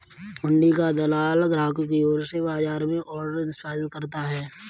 हुंडी का दलाल ग्राहकों की ओर से बाजार में ऑर्डर निष्पादित करता है